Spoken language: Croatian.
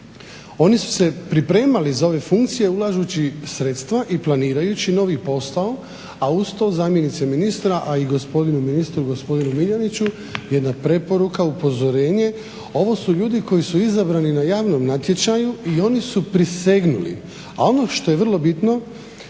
Oni su se pripremali za ove funkcije ulažući sredstva i planirajući novi posao a uz to zamjenice ministra a i gospodinu ministru, gospodinu Miljaniću jedna preporuka, upozorenje. Ovo su ljudi koji su izabrani na javnom natječaju i oni su prisegnuli. A ono što je vrlo bitno